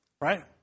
Right